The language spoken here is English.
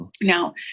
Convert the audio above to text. Now